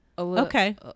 Okay